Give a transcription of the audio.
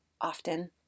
often